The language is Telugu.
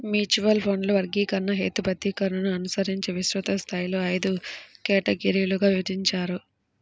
మ్యూచువల్ ఫండ్ల వర్గీకరణ, హేతుబద్ధీకరణను అనుసరించి విస్తృత స్థాయిలో ఐదు కేటగిరీలుగా విభజించారు